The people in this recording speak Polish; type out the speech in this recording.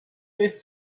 jest